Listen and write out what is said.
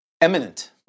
Eminent